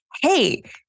hey